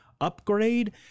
upgrade